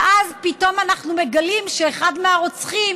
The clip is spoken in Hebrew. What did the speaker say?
ואז פתאום אנחנו מגלים שאחד מהרוצחים,